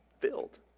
filled